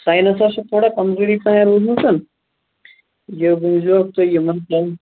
sciences چھِ تھوڑا کمزوری پَہم روٗدمٕژ یہِ بوٗزیو تُہۍ یِمَن ترٛین